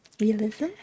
realism